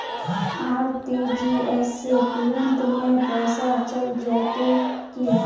RTGS से तुरंत में पैसा चल जयते की?